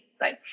right